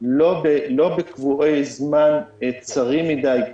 לא בקבועי זמן צרים מידיי.